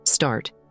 Start